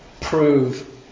prove